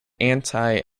anti